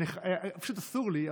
פשוט אסור לי,